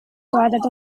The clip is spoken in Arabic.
عدد